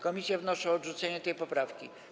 Komisje wnoszą o odrzucenie tej poprawki.